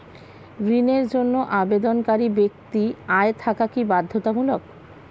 ঋণের জন্য আবেদনকারী ব্যক্তি আয় থাকা কি বাধ্যতামূলক?